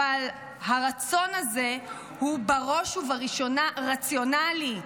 אבל הרצון הזה הוא בראש ובראשונה רציונלי.